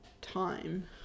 time